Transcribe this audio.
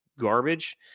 garbage